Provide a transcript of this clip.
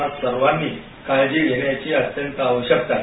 आपणा सर्वांनी काळजी घेण्याची अत्यंत आवश्यकता आहे